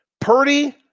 Purdy